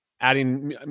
adding